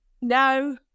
no